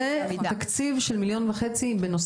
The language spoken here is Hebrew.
זה תקציב של 1.5 מיליון שקל בנוסף,